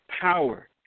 power